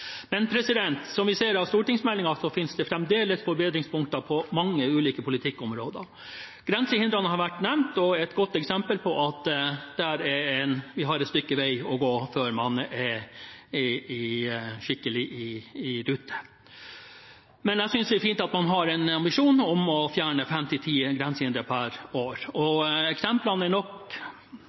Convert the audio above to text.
Men som vi ser av stortingsmeldingen, er det fremdeles forbedringspunkter på mange ulike politikkområder. Grensehindrene har vært nevnt, og er et godt eksempel på at vi har et stykke vei å gå før vi er skikkelig i rute. Men jeg synes det er fint at man har en ambisjon om å fjerne fem–ti grensehindre per år. Eksemplene er mange nok